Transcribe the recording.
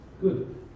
good